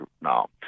now